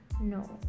No